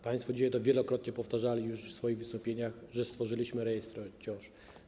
Państwo wielokrotnie powtarzali już w swoich wystąpieniach, że stworzyliśmy rejestr ciąż.